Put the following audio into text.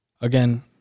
again